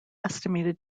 estimated